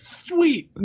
sweet